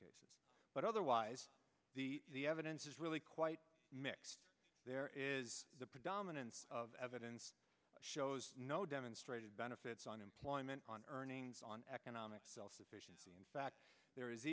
but otherwise the evidence is really quite mixed there is the predominance of evidence shows no demonstrated benefits on employment on earnings on economic self sufficiency in fact there is